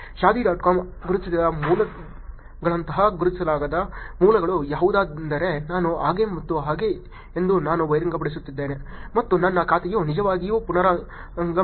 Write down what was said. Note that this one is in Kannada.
ಶಾದಿ ಡಾಟ್ ಕಾಮ್ ಗುರುತಿಸಿದ ಮೂಲಗಳಂತಹ ಗುರುತಿಸಲಾಗದ ಮೂಲಗಳು ಯಾವುದೆಂದರೆ ನಾನು ಹಾಗೆ ಮತ್ತು ಹಾಗೆ ಎಂದು ನಾನು ಬಹಿರಂಗಪಡಿಸುತ್ತಿದ್ದೇನೆ ಮತ್ತು ನನ್ನ ಖಾತೆಯು ನಿಜವಾಗಿ ಪೊನ್ನುರಂಗಂ